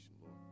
Lord